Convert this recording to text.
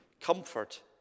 Comfort